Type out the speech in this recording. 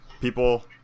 People